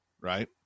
right